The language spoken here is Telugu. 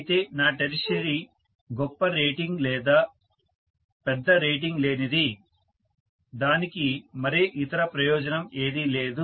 అయితే నా టెర్షియరీ గొప్ప రేటింగ్ లేదా పెద్ద రేటింగ్ లేనిది దానికి మరే ఇతర ప్రయోజనం ఏదీ లేదు